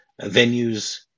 venues